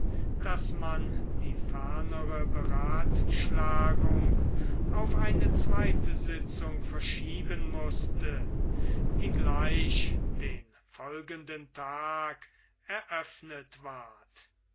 daß man die fernere beratschlagung auf eine zweite sitzung verschieben mußte die gleich den folgenden tag eröffnet ward